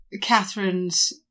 Catherine's